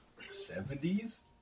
70s